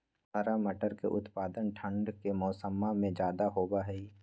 हरा मटर के उत्पादन ठंढ़ के मौसम्मा में ज्यादा होबा हई